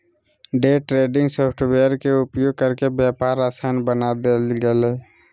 day trading software के उपयोग करके व्यापार आसान बना देल गेलय